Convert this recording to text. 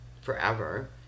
forever